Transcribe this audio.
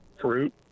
fruit